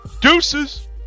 Deuces